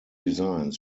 designs